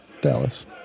Dallas